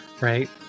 Right